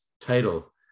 title